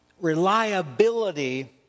reliability